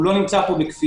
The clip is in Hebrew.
הוא לא נמצא פה בכפייה.